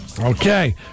Okay